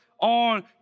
on